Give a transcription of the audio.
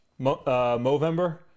movember